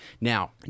Now